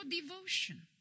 devotion